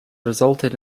resulted